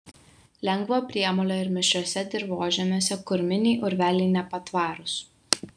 lengvo priemolio ir mišriuose dirvožemiuose kurminiai urveliai nepatvarūs